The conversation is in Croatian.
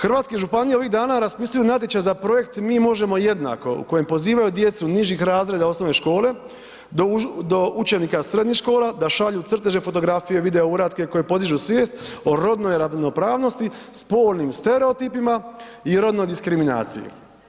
Hrvatske županije ovih dana raspisuju natječaj za projekt „Mi možemo jednako“ u kojem pozivaju djecu nižih razreda osnovne škole do učenika srednjih škola da šalju crteže, fotografije, video uratke koji podižu svijest o rodnoj ravnopravnosti, spolnim stereotipima i rodnoj diskriminaciji.